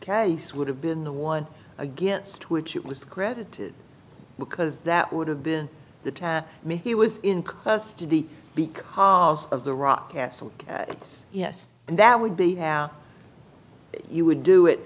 case would have been the one against which it was credited because that would have been the to me he was in custody because of the rock castle yes and that would be how you would do it